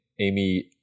amy